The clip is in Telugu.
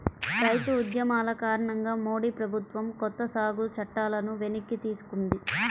రైతు ఉద్యమాల కారణంగా మోడీ ప్రభుత్వం కొత్త సాగు చట్టాలను వెనక్కి తీసుకుంది